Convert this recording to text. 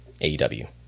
AEW